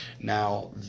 Now